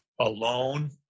alone